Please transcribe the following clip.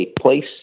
place